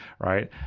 right